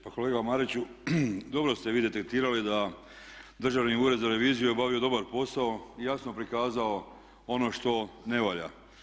Pa kolega Mariću dobro ste vi detektirali da Državni ured za reviziju je obavio dobar posao i jasno prikazao ono što ne valja.